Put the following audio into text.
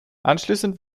anschließend